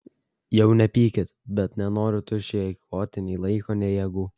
jau nepykit bet nenoriu tuščiai eikvoti nei laiko nei jėgų